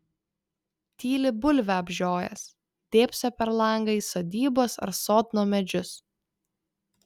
tyli bulvę apžiojęs dėbso per langą į sodybos ar sodno medžius